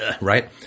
Right